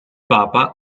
papa